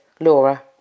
Laura